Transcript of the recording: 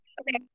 Okay